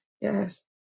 Yes